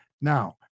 Now